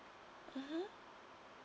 mmhmm